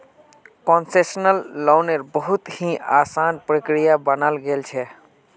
concessional लोन्नेर बहुत ही असान प्रक्रिया बनाल गेल छे